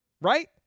Right